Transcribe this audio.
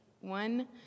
One